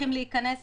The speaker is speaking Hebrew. צריכים להיכנס